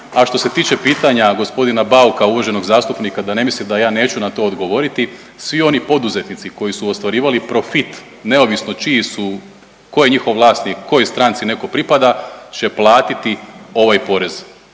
A što se tiče pitanja g. Bauka uvaženog zastupnika da ne misli da ja neću na to odgovoriti, svi oni poduzetnici koji su ostvarivali profit, neovisno čiji su, ko je njihov vlasnik, kojoj stranci neko pripada, će platiti ovaj porez.